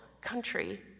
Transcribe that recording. country